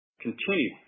continue